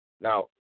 now